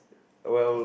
well